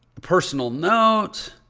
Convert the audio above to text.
personal note.